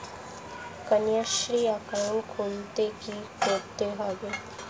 Kanyashree account খুলতে কী করতে হবে?